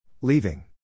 Leaving